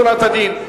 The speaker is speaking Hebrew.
לפנים משורת הדין,